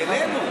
העלינו,